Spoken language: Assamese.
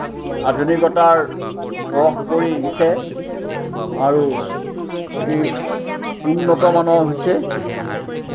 আধুনিকতাৰ পৰশ পৰিছে আৰু অতি উন্নত মানৰ হৈছে